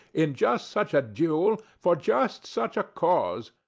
in just such a duel, for just such a cause.